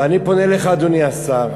ואני פונה אליך, אדוני השר.